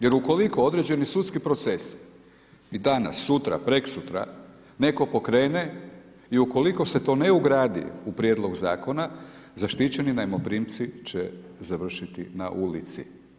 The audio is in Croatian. Jer ukoliko određeni sudski procesi i danas, sutra, prekosutra netko pokrene i ukoliko se to ne ugradi u prijedlog zakona zaštićeni najmoprimci će završiti na ulici.